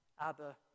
Abba